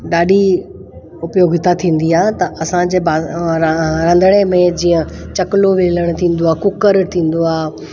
ॾाढी उपयोगिता थींदी आ त असांजे रंधिणे में जीअं चकलो वेलण थींदो आहे कुकर थींदो आहे